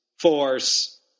force